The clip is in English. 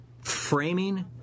framing